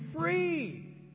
free